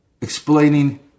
explaining